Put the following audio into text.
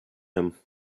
him